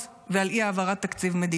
שאתה אוהב את העם שלך יותר ממה שאתה